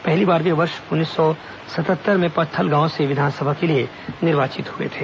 पहली बार वे वर्ष उन्नीस सौ सतहत्तर में पत्थलगांव से विधानसभा के लिए निर्वाचित हुए थे